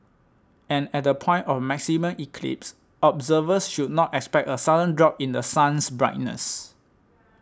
and at the point of maximum eclipse observers should not expect a sudden drop in The Sun's brightness